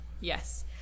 Yes